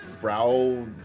brow